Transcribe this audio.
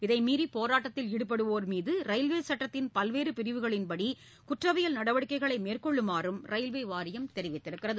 இதை மீறி போராட்டத்தில் ஈடுபடுவோர் மீது ரயில்வே சட்டத்தின் பல்வேறு பிரிவுகளின்படி குற்றவியல் நடவடிக்கைகளை மேற்கொள்ளுமாறும் ரயில்வே வாரியம் தெரிவித்துள்ளது